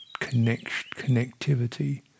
connectivity